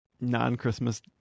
non-Christmas